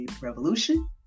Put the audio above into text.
revolution